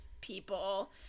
people